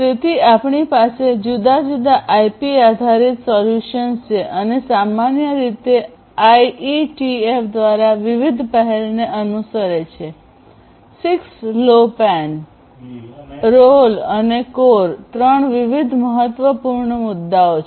તેથી આપણી પાસે જુદા જુદા આઇપી આધારિત સોલ્યુશન્સ છે અને સામાન્ય રીતે આઇઇટીએફ દ્વારા વિવિધ પહેલને અનુસરે છે 6LowPAN રોલ અને કોર 3 વિવિધ મહત્વપૂર્ણ મુદ્દાઓ છે